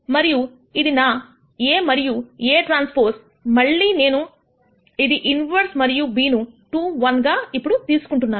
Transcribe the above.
మరియు ఇది నా A మరియు Aᵀ మళ్లీ నేను దీని ఇన్వర్స్ మరియు b ను 2 1 గా ఇప్పుడు తీసుకుంటున్నాను